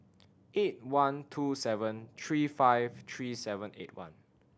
eight one two seven three five three seven eight one